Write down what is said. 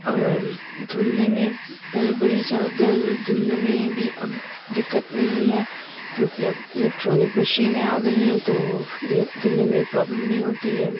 اور دھلنے میں بڑی چادر دھلنے میں بھی اب دقت نہیں ہے کیونکہ اب الکٹرانک مشینیں آگئی ہیں تو دھلنے میں پرابلم نہیں ہوتی ہے